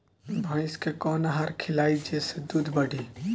भइस के कवन आहार खिलाई जेसे दूध बढ़ी?